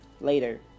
later